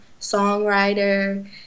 songwriter